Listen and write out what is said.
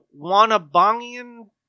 Wanabongian